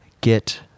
get